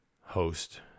host